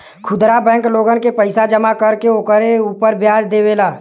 खुदरा बैंक लोगन के पईसा जमा कर के ओकरे उपर व्याज देवेला